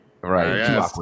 Right